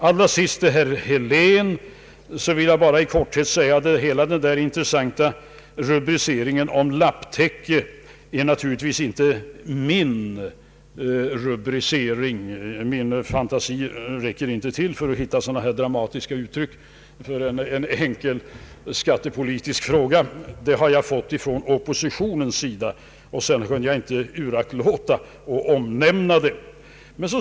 Till herr Helén vill jag slutligen i korthet säga att den intressanta rubriceringen om lapptäcke naturligtvis inte är min -— min fantasi räcker inte till för att hitta så dramatiska uttryck för en enkel skattepolitisk fråga. Den rubriken har jag fått från oppositionens sida, och jag kunde inte uraktlåta att nämna den.